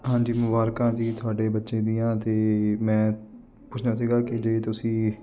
ਹਾਂਜੀ ਮੁਬਾਰਕਾਂ ਜੀ ਤੁਹਾਡੇ ਬੱਚੇ ਦੀਆਂ ਅਤੇ ਮੈਂ ਪੁੱਛਣਾ ਸੀਗਾ ਕਿ ਜੇ ਤੁਸੀਂ